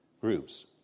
grooves